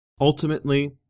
Ultimately